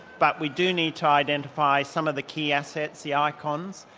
but we do need to identify some of the key assets, the icons,